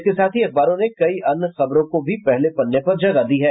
इसके साथ ही अखबारों ने कई अन्य खबरों को भी पहले पन्ने पर जगह दी है